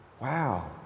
Wow